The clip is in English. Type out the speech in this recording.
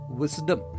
wisdom